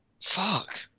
fuck